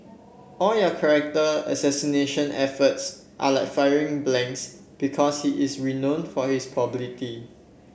all your character assassination efforts are like firing blanks because he is renown for his probability